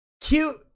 cute